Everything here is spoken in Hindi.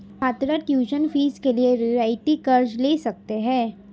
छात्र ट्यूशन फीस के लिए रियायती कर्ज़ ले सकते हैं